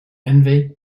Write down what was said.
envy